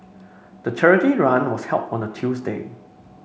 the charity run was held on a Tuesday